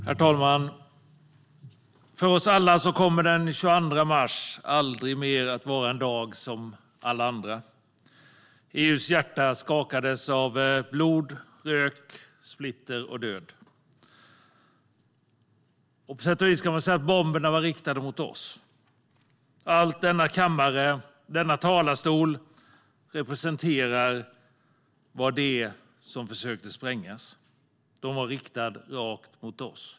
Herr talman! För oss alla kommer den 22 mars aldrig mer att vara en dag som alla andra. EU:s hjärta skakades av blod, rök, splitter och död. På sätt och vis kan man säga att bomberna var riktade mot oss. Det man försökte spränga var allt denna kammare och denna talarstol representerar.